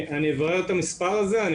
אני אברר את המספר הזה.